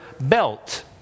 belt